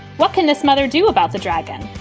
what can this mother do about the dragon?